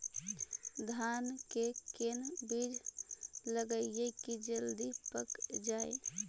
धान के कोन बिज लगईयै कि जल्दी पक जाए?